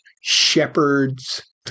shepherds